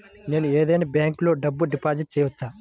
నేను ఏదైనా బ్యాంక్లో డబ్బు డిపాజిట్ చేయవచ్చా?